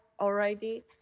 already